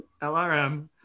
LRM